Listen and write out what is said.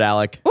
Alec